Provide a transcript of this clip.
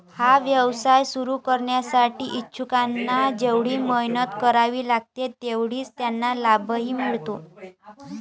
हा व्यवसाय सुरू करण्यासाठी इच्छुकांना जेवढी मेहनत करावी लागते तेवढाच त्यांना लाभही मिळतो